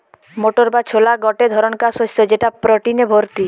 motor বা ছোলা গটে ধরণকার শস্য যেটা প্রটিনে ভর্তি